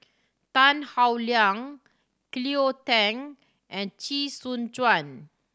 Tan Howe Liang Cleo Thang and Chee Soon Juan